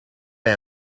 bij